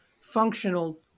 functional